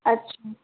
अच्छा